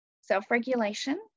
Self-regulation